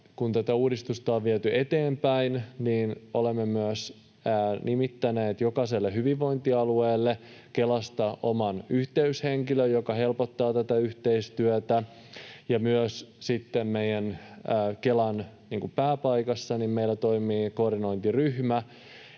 Kun tätä uudistusta on viety eteenpäin, olemme myös nimittäneet jokaiselle hyvinvointialueelle Kelasta oman yhteyshenkilön, joka helpottaa tätä yhteistyötä. Myös Kelan pääpaikassa meillä toimii koordinointiryhmä